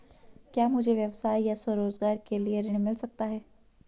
क्या मुझे व्यवसाय या स्वरोज़गार के लिए ऋण मिल सकता है?